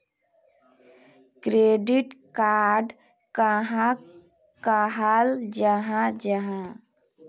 Credit card कहाक कहाल जाहा जाहा?